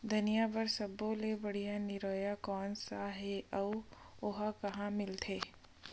धनिया बर सब्बो ले बढ़िया निरैया कोन सा हे आऊ ओहा कहां मिलथे?